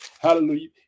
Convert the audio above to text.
Hallelujah